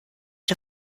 der